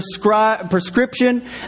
prescription